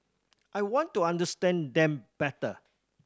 I want to understand them better